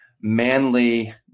manly